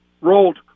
rolled